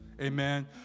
amen